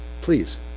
Please